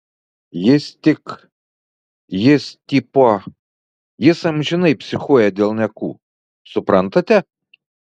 jis tik jis tipo jis amžinai psichuoja dėl niekų suprantate